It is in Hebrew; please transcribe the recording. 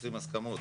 רוצים הסכמות.